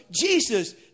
Jesus